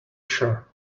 sure